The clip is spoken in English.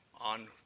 on